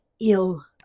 ill